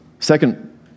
Second